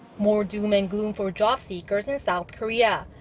more doom and gloom for jobseekers in south korea.